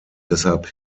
deshalb